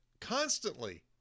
constantly